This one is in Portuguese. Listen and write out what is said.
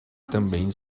também